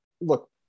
look